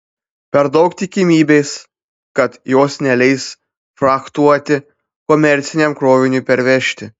per daug tikimybės kad jos neleis frachtuoti komerciniam kroviniui pervežti